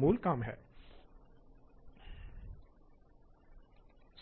वैकल्पिक होते हैं